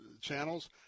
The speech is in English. channels